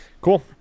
cool